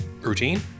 routine